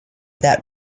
that